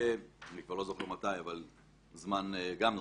אני כבר לא זוכר מתי אבל לפני זמן רב